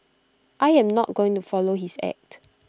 I am not going to follow his act